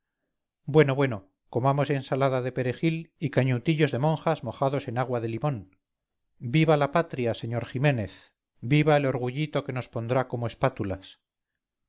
bueno bueno comamos ensalada de perejil y cañutillos de monjas mojados en agua de limón viva la patria sr ximénez viva el orgullito que nos pondrá como espátulas